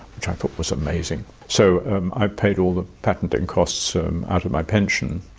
which i thought was amazing. so i paid all the patenting costs out of my pension.